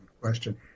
question